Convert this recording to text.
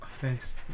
Thanks